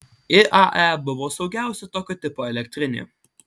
iae buvo saugiausia tokio tipo elektrinė